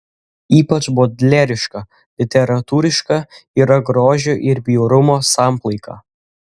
ypač bodleriška literatūriška yra grožio ir bjaurumo samplaika